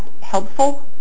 helpful